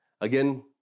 Again